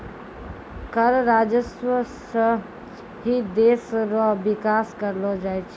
कर राजस्व सं ही देस रो बिकास करलो जाय छै